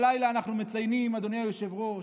הלילה אנחנו מציינים, אדוני היושב-ראש,